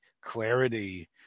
clarity